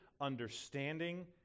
understanding